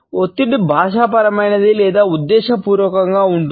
ఒత్తిడి భాషాపరమైనది లేదా ఉద్దేశపూర్వకంగా ఉంటుంది